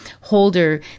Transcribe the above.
holder